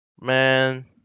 Man